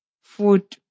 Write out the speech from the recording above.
food